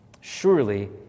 surely